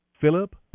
Philip